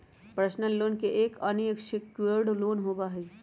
personal loan एक unsecured loan होबा हई